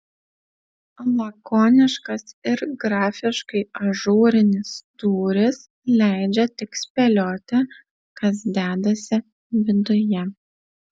lakoniškas ir grafiškai ažūrinis tūris leidžia tik spėlioti kas dedasi viduje